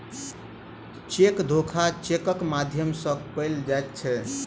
cheque धोखा चेकक माध्यम सॅ कयल जाइत छै